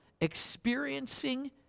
experiencing